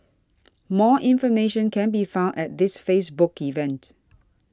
more information can be found at this Facebook event